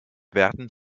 werden